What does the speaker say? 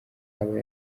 abo